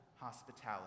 hospitality